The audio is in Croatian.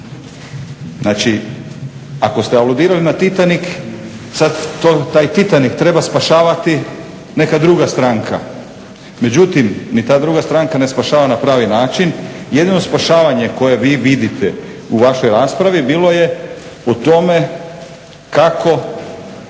Znači, ako ste aludirali na Titanik sad taj Titanik treba spašavati neka druga stranka. Međutim, ni ta druga stranka ne spašava na pravi način. Jedino spašavanje koje vi vidite u vašoj raspravi bilo je u tome kako,